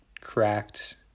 cracked